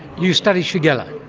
you study shigella?